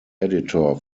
editor